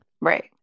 Right